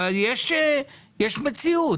יש מציאות.